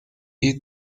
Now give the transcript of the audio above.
eat